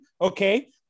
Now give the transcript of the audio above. Okay